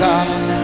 God